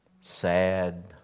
sad